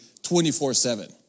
24-7